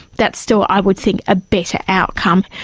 that's still i would think a better outcome.